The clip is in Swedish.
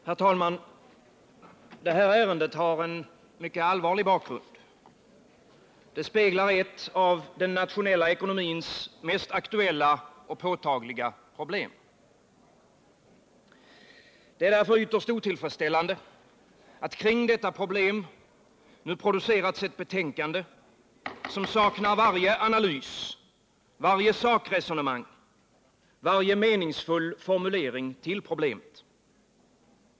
Herr talman! Det här ärendet har en mycket allvarlig bakgrund. Det speglar ett av den nationella ekonomins mest aktuella och påtagliga problem. Det är därför ytterst otillfredsställande att kring detta problem nu producerats ett betänkande som saknar varje analys, varje sakresonemang, varje meningsfull formulering när det gäller problemet.